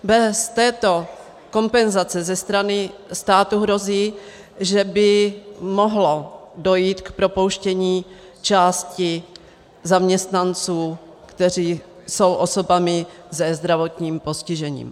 Bez této kompenzace ze strany státu hrozí, že by mohlo dojít k propouštění části zaměstnanců, kteří jsou osobami se zdravotním postižením.